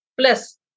Plus